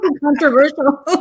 Controversial